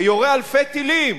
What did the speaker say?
שיורה אלפי טילים,